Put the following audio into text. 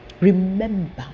Remember